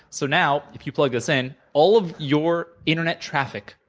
so now, if you plug this in, all of your internet traffic,